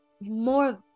more